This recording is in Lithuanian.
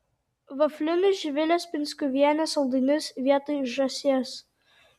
vaflinius živilės pinskuvienės saldainius vietoj žąsies